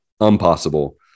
impossible